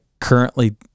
currently